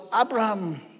Abraham